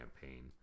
campaign